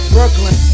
Brooklyn